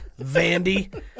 Vandy